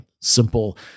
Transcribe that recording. Simple